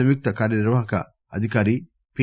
సంయుక్త కార్యనిర్వాహక అధికారి పి